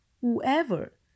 whoever